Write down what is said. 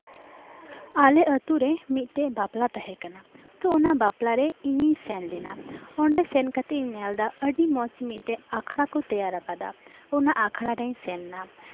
ᱟᱞᱮ ᱟᱹᱛᱩ ᱨᱮ ᱢᱤᱫᱴᱟᱱ ᱵᱟᱯᱞᱟ ᱛᱟᱦᱮᱸ ᱠᱟᱱᱟ ᱛᱚ ᱚᱱᱟ ᱵᱟᱯᱞᱟ ᱨᱮ ᱤᱧᱤᱧ ᱥᱮᱱ ᱞᱮᱱᱟ ᱚᱸᱰᱮ ᱥᱮᱱ ᱠᱟᱛᱮᱫ ᱤᱧ ᱧᱮᱞ ᱮᱫᱟ ᱟᱹᱰᱤ ᱢᱚᱸᱡᱽ ᱢᱤᱫᱴᱮᱱ ᱟᱠᱷᱲᱟ ᱠᱚ ᱛᱮᱭᱟᱨ ᱟᱠᱟᱫᱟ ᱚᱱᱟ ᱟᱠᱷᱲᱟ ᱨᱤᱧ ᱥᱮᱱ ᱮᱱᱟ